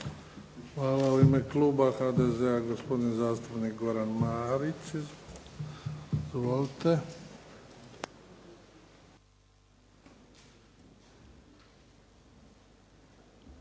Hvala. U ime kluba HDZ-a, gospodin zastupnik Goran Marić. Izvolite.